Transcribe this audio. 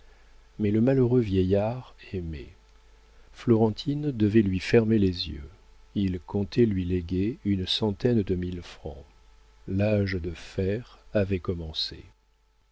mais le malheureux vieillard aimait florentine devait lui fermer les yeux il comptait lui léguer une centaine de mille francs l'âge de fer avait commencé